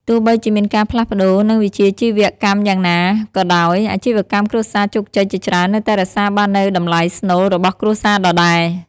ទោះបីជាមានការផ្លាស់ប្តូរ និងវិជ្ជាជីវៈកម្មយ៉ាងណាក៏ដោយ អាជីវកម្មគ្រួសារជោគជ័យជាច្រើននៅតែរក្សាបាននូវតម្លៃស្នូលរបស់គ្រួសារដដែរ។